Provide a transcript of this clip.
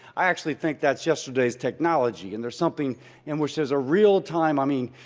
i actually think that's yesterday's technology and there's something in which there's a real-time i mean,